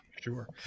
Sure